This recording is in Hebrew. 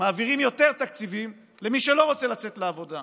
מעבירים יותר תקציבים למי שלא רוצה לצאת לעבודה.